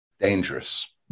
Dangerous